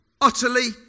utterly